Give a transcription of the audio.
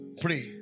Pray